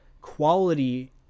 quality